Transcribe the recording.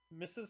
Mrs